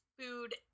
food